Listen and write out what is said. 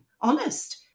Honest